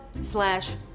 slash